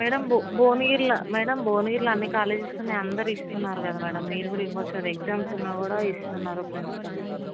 madam భువనగిరిలో madam భువనగిరిలో అన్ని కాలేజెస్లోని అందరూ ఇస్తున్నారు కద మ్యాడం మీరు కూడా ఇవ్వచ్చు కదా ఎగ్జామ్స్ ఉన్నా కూడా ఇస్తున్నారు ప్రిన్సిపల్సు